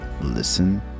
listen